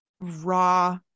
raw